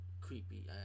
creepy